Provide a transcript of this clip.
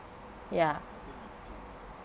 ya